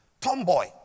Tomboy